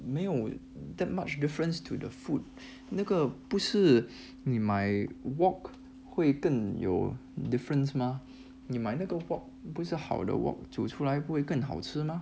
没有 that much difference to the food 那个不是你买 wok 会更有 difference mah 你买那个 wok 不是好的 wok 煮出来不会更好吃 mah